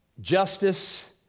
justice